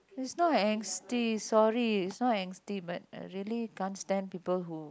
it's not angsty sorry is not angsty but I really can't stand people who